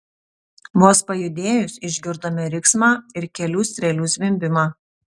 vos pajudėjus išgirdome riksmą ir kelių strėlių zvimbimą